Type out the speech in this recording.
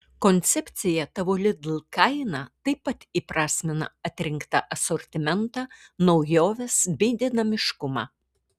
koncepcija tavo lidl kaina taip pat įprasmina atrinktą asortimentą naujoves bei dinamiškumą